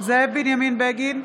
זאב בנימין בגין,